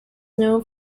known